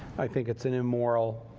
i think it's an immoral